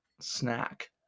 Snack